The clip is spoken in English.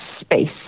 space